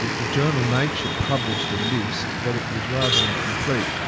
the journal nature published a list, but it was rather incomplete,